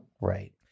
Right